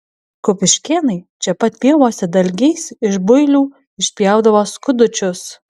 kupiškėnai čia pat pievose dalgiais iš builių išsipjaudavo skudučius